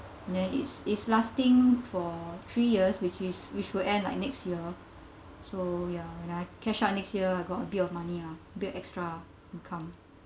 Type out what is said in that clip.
then it's it's lasting for three years which is which will end like next year so ya right I catch up next year I got a bit of money ah bill extra uh income